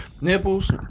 Nipples